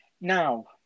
Now